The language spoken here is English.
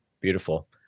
Beautiful